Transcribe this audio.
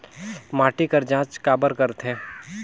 माटी कर जांच काबर करथे?